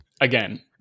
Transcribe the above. again